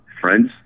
Friends